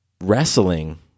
wrestling